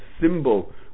symbol